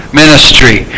ministry